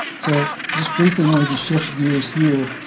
so just briefly wanted to shift gears here